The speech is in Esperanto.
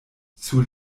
sur